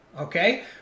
okay